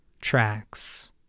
tracks